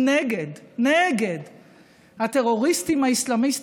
זה בגלל שאתה, על טעויות משלמים.